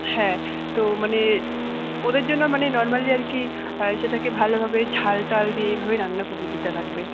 হ্যাঁ তো মানে ওদের জন্য মানে নর্মালি আর কি সেটাকে ভালোভাবে ঝাল টাল দিয়ে এইভাবে রান্না করে দিতে লাগবে